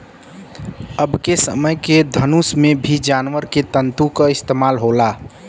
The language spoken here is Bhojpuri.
अबके समय के धनुष में भी जानवर के तंतु क इस्तेमाल होला